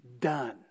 done